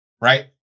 Right